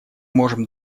можем